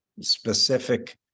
specific